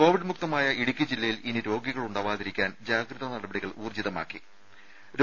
Covid മുക്തമായ ഇടുക്കി ജില്ലയിൽ ഇനി രോഗികൾ ഉണ്ടാവാതിരിക്കാൻ ജാഗ്രതാ നടപടികൾ ഊർജ്ജിതമായി തുടരുകയാണ്